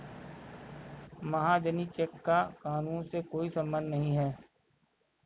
महाजनी चेक का कानून से कोई संबंध नहीं है